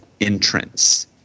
entrance